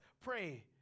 pray